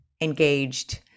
engaged